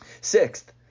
Sixth